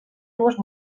dues